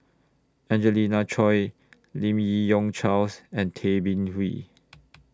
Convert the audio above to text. Angelina Choy Lim Yi Yong Charles and Tay Bin Wee